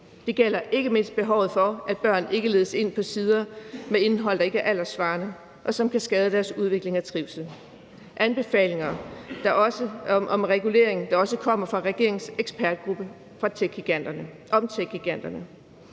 Det gælder ikke mindst behovet for, at børn ikke ledes ind på sider med indhold, der ikke er alderssvarende, og som kan skade deres udvikling og trivsel; det er anbefalinger om regulering, der også kommer fra regeringens ekspertgruppe om techgiganterne.